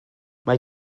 mae